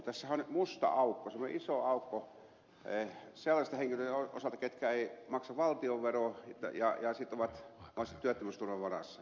tässähän on musta aukko semmoinen iso aukko sellaisten henkilöiden osalta ketkä eivät maksa valtionveroa ja ovat työttömyysturvan varassa